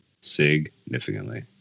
Significantly